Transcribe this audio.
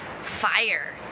fire